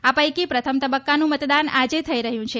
આ પૈકી પ્રથમ તબક્કાનું મતદાન આજે થઇ રહ્યું છે